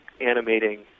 animating